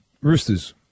Roosters